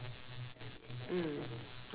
mm